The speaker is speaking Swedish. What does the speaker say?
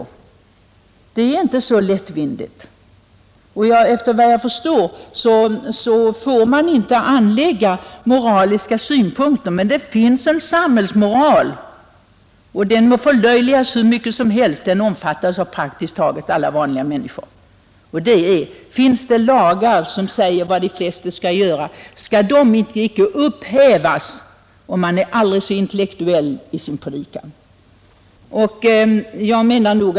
Saken får inte tas så lättvindigt. Efter vad jag förstår, får man inte anlägga moraliska synpunkter. Det finns dock en samhällsmoral — den må förlöjligas hur mycket som helst — som omfattas av praktiskt taget alla vanliga människor. Och finns det lagar som säger de flesta vad de får göra, kan de lagarna icke upphävas, om man är aldrig så intellektuell i sin predikan.